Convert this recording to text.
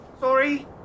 sorry